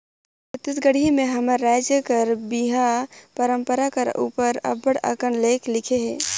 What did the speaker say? छत्तीसगढ़ी में हमर राएज कर बिहा परंपरा कर उपर अब्बड़ अकन लेख लिखे हे